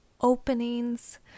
openings